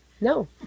No